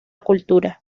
cultura